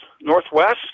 northwest